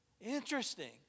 Interesting